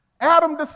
Adam